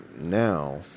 now